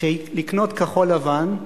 לקנות כחול-לבן,